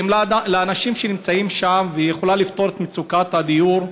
אם לאנשים שנמצאים שם היא יכולה לפתור את מצוקת הדיור,